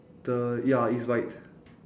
the ya it's white